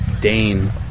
Dane